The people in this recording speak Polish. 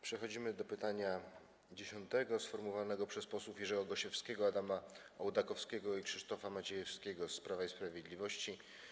Przechodzimy do pytania dziesiątego sformułowanego przez posłów Jerzego Gosiewskiego, Adama Ołdakowskiego i Krzysztofa Maciejewskiego z Prawa i Sprawiedliwości.